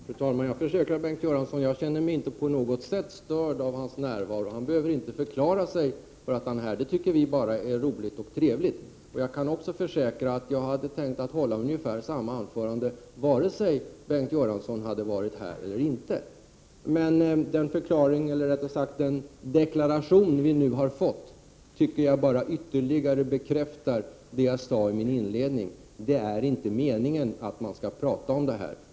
Fru talman! Jag försäkrar Bengt Göransson att jag inte på något sätt känner mig störd av hans närvaro. Han behöver inte förklara varför han är här. Det tycker vi bara är roligt och trevligt. Jag kan också försäkra att jag hade tänkt hålla ungefär samma anförande vare sig Bengt Göransson varit här eller inte. Men den deklaration vi nu har fått tycker jag bara ytterligare bekräftar det jag sade i min inledning: Det är inte meningen att man skall prata om detta.